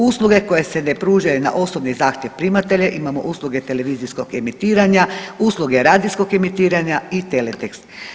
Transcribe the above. Usluge koje se ne pružaju na osobni zahtjev primatelja imamo usluge televizijskog emitiranja, usluge radijskog emitiranja i teletekst.